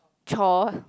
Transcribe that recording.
chore